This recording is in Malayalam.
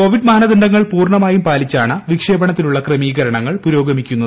കോവിഡ് മാനദണ്ഡങ്ങൾ പൂർണ്ണമായും പാലിച്ചാണ് നിക്ഷേപണത്തിനുള്ള ക്രമീകരണങ്ങൾ പുരോഗമിക്കുന്നത്